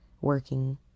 working